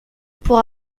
pour